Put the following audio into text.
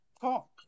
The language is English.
talk